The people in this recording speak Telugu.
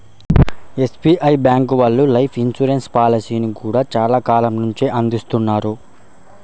ఎస్బీఐ బ్యేంకు వాళ్ళు లైఫ్ ఇన్సూరెన్స్ పాలసీలను గూడా చానా కాలం నుంచే అందిత్తన్నారు